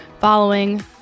following